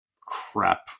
crap